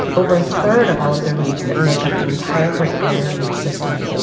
over a third of all of the reefs that make up the entire great barrier reef system,